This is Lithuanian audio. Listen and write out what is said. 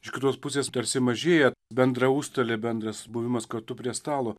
iš kitos pusės tarsi mažėja bendra užstalė bendras buvimas kartu prie stalo